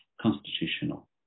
constitutional